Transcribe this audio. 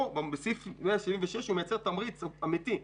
בסעיף 176 מיוצר תמריץ אמיתי.